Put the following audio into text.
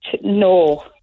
no